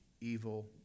evil